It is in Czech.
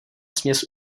směs